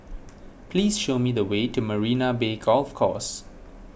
please show me the way to Marina Bay Golf Course